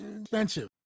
expensive